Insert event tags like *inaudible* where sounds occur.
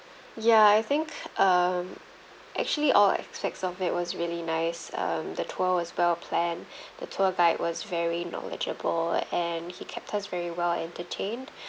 ya I think um actually all aspects of it was really nice um the tour was well planned *breath* the tour guide was very knowledgeable and he kept us very well entertained